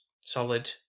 solid